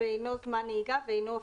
אינו זמן נהיגה ואינו הפסקה,"